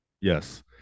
Yes